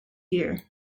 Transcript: year